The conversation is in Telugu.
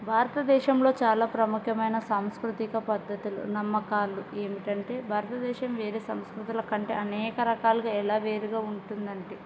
భారతదేశంలో చాలా ప్రముఖమైన సాంస్కృతిక పద్ధతులు నమ్మకాలు ఏంటంటే భారతదేశం వేరే సంస్కృతుల కంటే అనేక రకాలుగా ఎలా వేరుగా ఉంటుంది అంటే